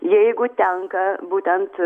jeigu tenka būtent